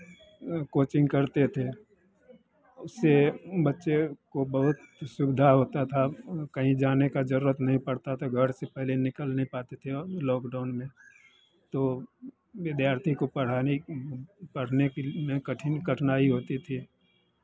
coaching करते थे उससे बच्चे को बहुत ही सुविधा होता था उन्हें कहीं जाने का ज़रूरत नहीं पड़ता था घर से पहले निकल नहीं पाते थे और लॉकडाउन में तो विद्यार्थी को पढ़ाने पढ़ने में कठिन कठिनाई होती थी